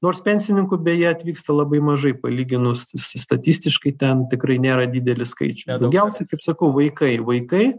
nors pensininkų beje atvyksta labai mažai palyginus statistiškai ten tikrai nėra didelis skaičius daugiausiai kaip sakau vaikai vaikai